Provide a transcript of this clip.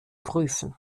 prüfen